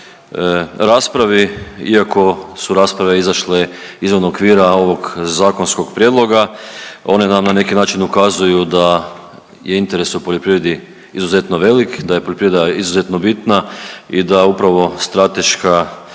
raspravi iako su rasprave izašle izvan okvira ovog zakonskog prijedloga, one nam na neki način ukazuju da je interes u poljoprivredi izuzetno velik, da je poljoprivreda izuzetno bitna i da upravo strateška